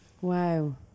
Wow